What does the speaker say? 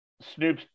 Snoop